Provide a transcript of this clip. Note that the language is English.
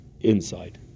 inside